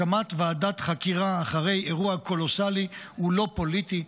הקמת ועדת חקירה אחרי אירוע קולוסלי היא לא פוליטית,